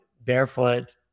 barefoot